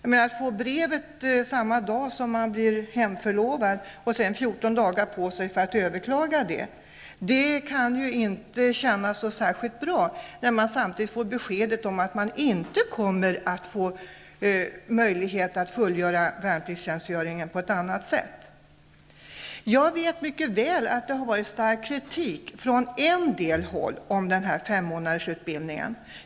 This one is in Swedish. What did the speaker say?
Att få brevet samma dag som man blir hemförlovad och sedan få 14 dagar på sig att överklaga beslutet kan inte kännas särskilt bra när man samtidigt får beskedet att det inte finns möjlighet att fullgöra värnpliktstjänstgöringen på annat sätt. Jag vet mycket väl att det förts fram stark kritik från en del håll om denna femmånadersutbildning.